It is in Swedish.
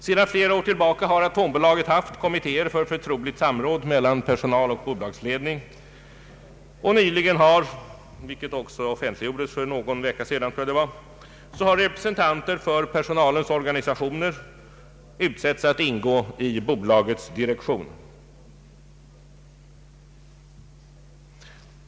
Sedan flera år har Atombolaget haft kommittéer för förtroligt samråd mellan personal och bolagsiledning och nyligen har, vilket också offentliggjordes för någon vecka sedan, representanter för personalens organisationer utsetts att ingå i bolagets direktion.